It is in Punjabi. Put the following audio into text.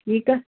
ਠੀਕ ਆ